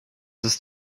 ist